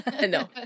no